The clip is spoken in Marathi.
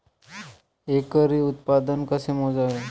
एकरी उत्पादन कसे मोजावे?